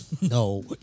No